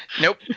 nope